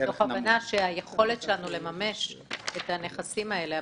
מתוך הבנה שהיכולת שלנו לממש את הנכסים האלה,